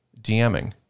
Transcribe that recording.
DMing